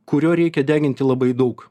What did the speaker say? kurio reikia deginti labai daug